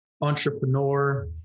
entrepreneur